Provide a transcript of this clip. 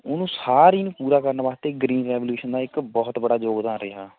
ਉਹਨੂੰ ਸਾਰੀ ਨੂੰ ਪੂਰਾ ਕਰਨ ਵਾਸਤੇ ਗ੍ਰੀਨ ਰੈਵਲਿਊਸ਼ਨ ਦਾ ਇੱਕ ਬਹੁਤ ਬੜਾ ਯੋਗਦਾਨ ਰਿਹਾ